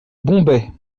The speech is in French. bombay